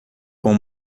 com